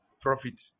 profit